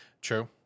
True